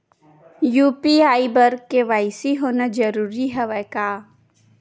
UPI बर KYC होना जरूरी हवय का?